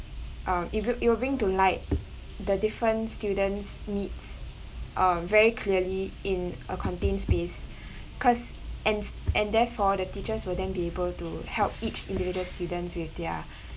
uh it will it will bring to light the different student's needs uh very clearly in a contained space cause and and therefore the teachers will then be able to help each individual students with their